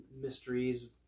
Mysteries